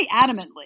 adamantly